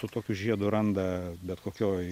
su tokiu žiedu randa bet kokioj